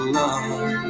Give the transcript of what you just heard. love